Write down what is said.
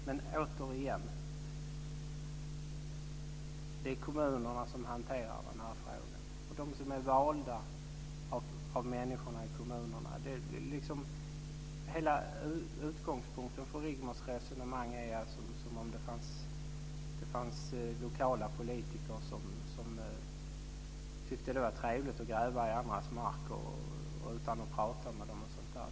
Fru talman! Återigen vill jag säga att det är kommunerna och de som är valda av människor i kommunerna som hanterar den här frågan. Hela utgångspunkten för Rigmors resonemang är att det skulle finnas lokala politiker som tycker att det är trevligt att gräva i andras marker utan att prata med dem.